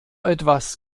etwas